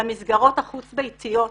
למסגרות החוץ ביתיות.